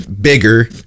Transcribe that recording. bigger